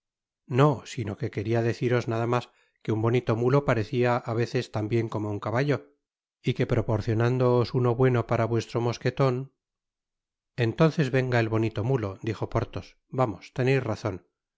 no sino que queria deciros nada mas que un bonito mulo parecia á veces tan bien como un caballo y que proporcionándoos uno bueno para vuestro mosqueton entonces venga el bonito mulo dijo porthos vamos teneis razon